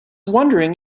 wondering